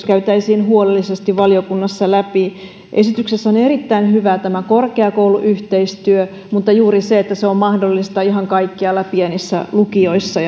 käytäisiin huolellisesti valiokunnassa läpi esityksessä on erittäin hyvää tämä korkeakouluyhteistyö mutta juuri se että se on mahdollista ihan kaikkialla pienissä lukioissa